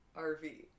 RV